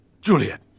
Juliet